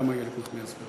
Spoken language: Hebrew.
גם איילת נחמיאס.